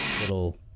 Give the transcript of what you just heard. little